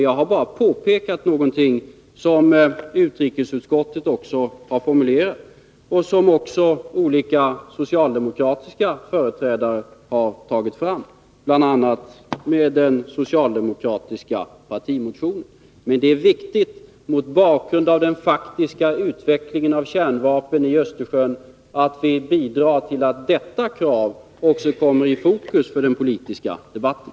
Jag har bara påpekat någonting som utrikesutskottet har formulerat och som också olika socialdemokratiska företrädare har tagit fram, bl.a. i den socialdemokratiska partimotionen. Mot bakgrund av den faktiska utvecklingen när det gäller kärnvapen i Östersjön är det viktigt att vi bidrar till att detta krav också kommer i fokus för den politiska debatten.